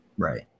Right